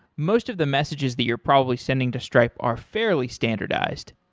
most of the messages that you're probably sending to stripe are fairly standardized.